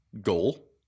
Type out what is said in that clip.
goal